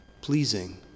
pleasing